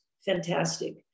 fantastic